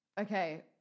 Okay